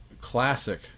classic